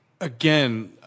again